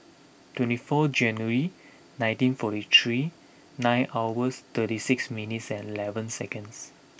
twenty fourth January nineteen forty three nine hours thirty six minutes and eleven seconds